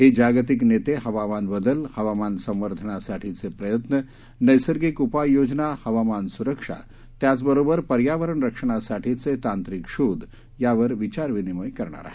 हे जागतिक नेते आपापसात हवामान बदल हवामान संवर्धनासाठीचे प्रयत्न नैसर्गिक उपाययोजना हवामान सुरक्षा त्याचबरोबर पर्यावरण रक्षणासाठीचे तांत्रिक शोध यावर विचारविनिमय करणार आहेत